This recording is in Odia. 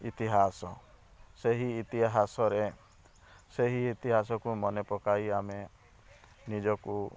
ଇତିହାସ ସେହି ଇତିହାସରେ ସେହି ଇତିହାସକୁ ମନେ ପକାଇ ଆମେ ନିଜକୁ